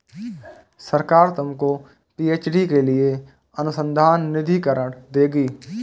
सरकार तुमको पी.एच.डी के लिए अनुसंधान निधिकरण देगी